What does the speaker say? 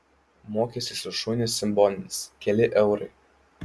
mokestis už šunį simbolinis keli eurai